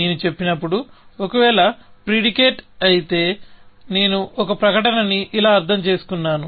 నేను చెప్పినప్పుడు ఒకవేళ ప్రిడికేట్ అయితే నేను ఒక ప్రకటన ని ఇలా అర్థం చేసుకున్నాను